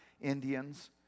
Indians